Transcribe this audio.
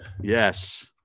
Yes